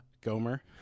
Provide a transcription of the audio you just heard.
Gomer